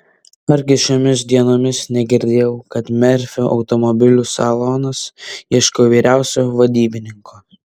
argi šiomis dienomis negirdėjau kad merfio automobilių salonas ieško vyriausiojo vadybininko